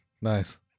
Nice